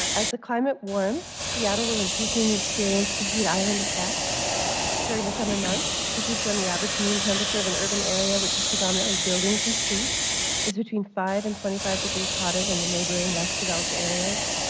as the climate warms, seattle will increasingly experience the heat island effect during the summer months. this is when the average mean temperature of and of an area which is predominantly buildings and streets is between five and twenty five degrees hotter than the neighboring, less developed areas.